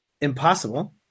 impossible